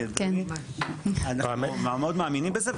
אנחנו מאוד מאמינים בזה,